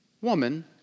woman